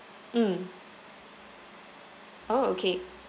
mm oh okay